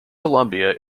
columbia